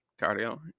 cardio